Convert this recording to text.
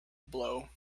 blow